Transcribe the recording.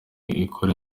ikora